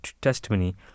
testimony